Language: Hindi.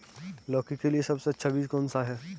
लौकी के लिए सबसे अच्छा बीज कौन सा है?